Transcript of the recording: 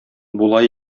була